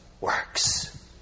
works